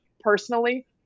personally